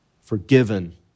forgiven